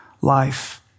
life